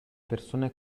persone